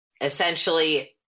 essentially